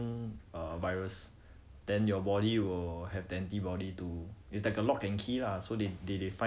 I think all vaccine work this way mah you are infected with the weaken err virus